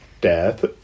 death